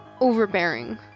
overbearing